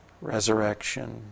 resurrection